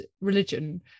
religion